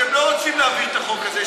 אתם לא רוצים להעביר את החוק הזה.